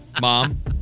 mom